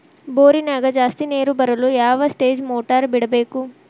ಬೋರಿನ್ಯಾಗ ಜಾಸ್ತಿ ನೇರು ಬರಲು ಯಾವ ಸ್ಟೇಜ್ ಮೋಟಾರ್ ಬಿಡಬೇಕು?